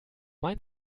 mein